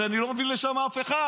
הרי אני לא מביא לשם אף אחד.